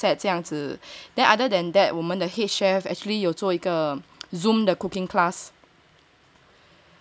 set 这样子 then other than then 我们 the head chef actually 有做一个 Zoom the cooking class